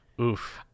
Oof